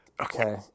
Okay